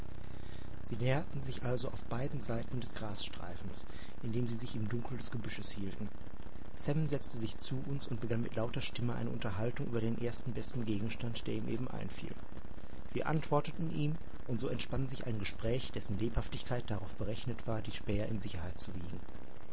sie näherten sich also auf beiden seiten des grasstreifens indem sie sich im dunkel des gebüsches hielten sam setzte sich zu uns und begann mit lauter stimme eine unterhaltung über den ersten besten gegenstand der ihm eben einfiel wir antworteten ihm und so entspann sich ein gespräch dessen lebhaftigkeit darauf berechnet war die späher in sicherheit zu wiegen